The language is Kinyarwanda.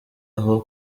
aho